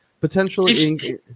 potentially